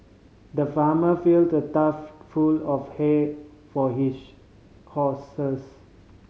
the farmer filled a trough full of hay for his horses